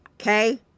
okay